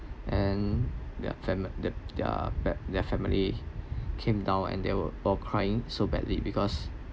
and their family that their that their family came down and they were all crying so badly because